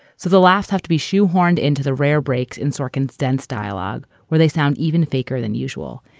so the laughs have to be shoehorned into the rare breaks in sorkin's dense dialogue where they sound even faker than usual,